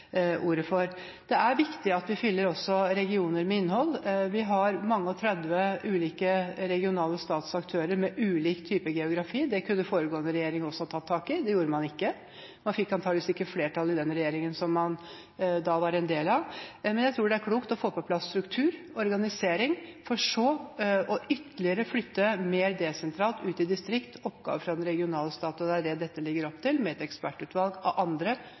for. Det er viktig at vi også fyller regioner med innhold. Vi har over 30 ulike regionale statsaktører med ulik type geografi. Det kunne foregående regjering også tatt tak i. Det gjorde man ikke. Man fikk antakeligvis ikke flertall i den regjeringen som man da var en del av, men jeg tror det er klokt å få på plass struktur og organisering, for så ytterligere å flytte mer desentralt ut i distriktene oppgaver fra den regionale stat. Det er dette man legger opp til med et ekspertutvalg av andre